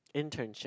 internship